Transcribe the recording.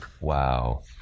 Wow